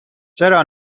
چرا